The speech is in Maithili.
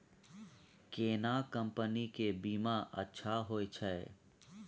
केना कंपनी के बीमा अच्छा होय छै?